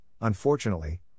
unfortunately